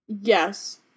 Yes